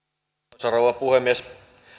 arvoisa rouva puhemies